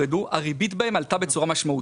הריבית בהן עלתה בצורה משמעותית.